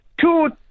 two